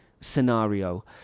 scenario